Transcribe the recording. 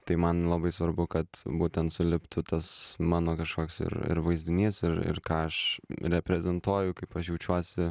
tai man labai svarbu kad būtent suliptų tas mano kažkoks ir ir vaizdinys ir ir ką aš reprezentuoju kaip aš jaučiuosi